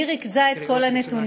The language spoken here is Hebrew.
והיא ריכזה את כל הנתונים.